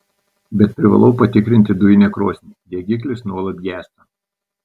bet privalau patikrinti dujinę krosnį degiklis nuolat gęsta